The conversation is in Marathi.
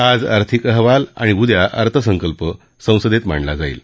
आज आर्थिक अहवाल आणि उद्या अर्थसंकल्प संसदेत मांडला जाईल